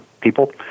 people